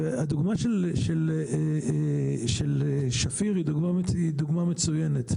והדוגמה של שפיר היא דוגמה מצוינת.